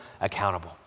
accountable